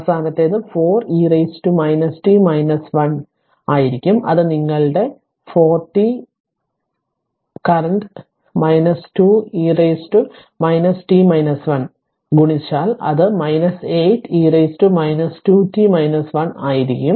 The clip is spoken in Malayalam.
അവസാനത്തേത് 4 e t 1 ആയിരിക്കും അത് നിങ്ങളുടെ vt current 2 e t 1 ഗുണിച്ചാൽ അത് 8 e 2 t 1 ആയിരിക്കും